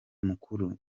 mukuru